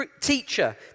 Teacher